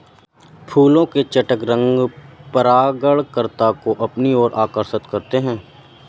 फूलों के चटक रंग परागणकर्ता को अपनी ओर आकर्षक करते हैं